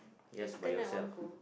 yes by yourself